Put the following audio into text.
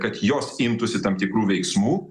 kad jos imtųsi tam tikrų veiksmų